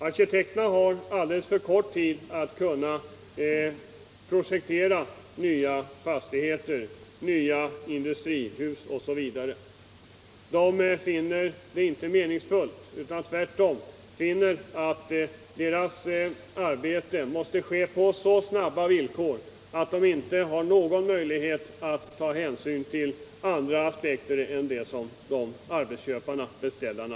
De har alldeles för kort tid för att kunna projektera nya fastigheter, nya industrihus m.m. Arkitekterna finner inte arbetet meningsfullt, eftersom det måste ske så snabbt att de inte har någon möjlighet att ta hänsyn till andra synpunkter än arbetsköparnas-beställarnas.